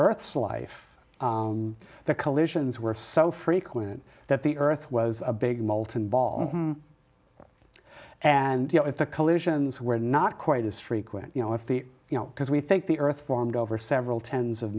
earth's life the collisions were so frequent that the earth was a big molten ball and you know if the collisions were not quite as frequent you know if you know because we think the earth formed over several tens of